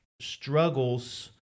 struggles